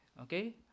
okay